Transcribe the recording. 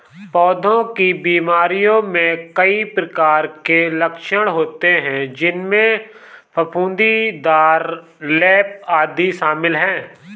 पौधों की बीमारियों में कई प्रकार के लक्षण होते हैं, जिनमें फफूंदीदार लेप, आदि शामिल हैं